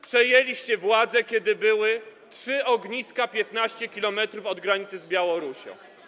Przejęliście władzę, kiedy były 3 ogniska 15 km od granicy z Białorusią.